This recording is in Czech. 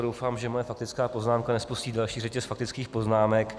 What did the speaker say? Doufám, že moje faktická poznámka nespustí další řetěz faktických poznámek.